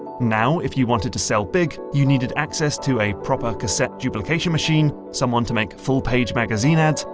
now, if you wanted to sell big you needed access to a proper cassette duplication machine, someone to make full-page magazine ads,